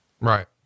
Right